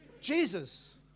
Jesus